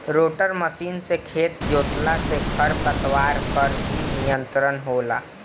rotor machine से खेत जोतला से खर पतवार पर भी नियंत्रण होला